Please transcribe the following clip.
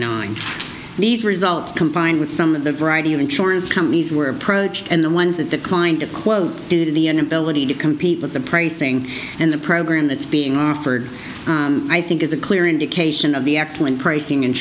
these results combined with some of the variety of insurance companies were approached and the ones that declined to quote due to the inability to compete with the pricing and the program that's being offered i think is a clear indication of the excellent pricing and